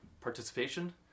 participation